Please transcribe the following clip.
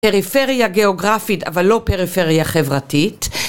פריפריה גיאוגרפית אבל לא פריפריה חברתית